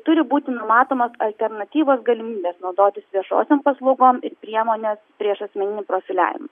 turi būti numatomos alternatyvos galimybės naudotis viešosiom paslaugom ir priemonės prieš asmeninį profiliavimą